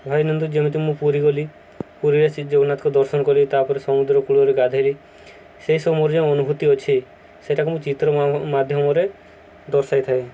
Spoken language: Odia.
ଭାବନ୍ତୁ ଯେମିତି ମୁଁ ପୁରୀ ଗଲି ପୁରୀରେ ଶ୍ରୀ ଜଗନ୍ନାଥଙ୍କୁ ଦର୍ଶନ କଲି ତାପରେ ସମୁଦ୍ର କୂଳରେ ଗାଧେଇଲି ସେଇ ସମୟର ଯେଉଁ ଅନୁଭୂତି ଅଛି ସେଇଟାକୁ ମୁଁ ଚିତ୍ର ମାଧ୍ୟମରେ ଦର୍ଶାଇଥାଏ